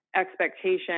expectation